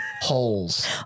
Holes